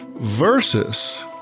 versus